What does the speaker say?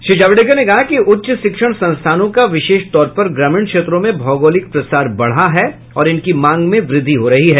श्री जावड़ेकर ने कहा कि उच्च शिक्षण संस्थानों का विशेष तौर पर ग्रामीण क्षेत्रों में भौगोलिक प्रसार बढ़ा है और इनकी मांग में वृद्धि हो रही है